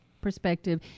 perspective